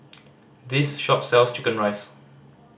this shop sells chicken rice